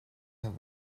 have